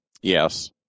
Yes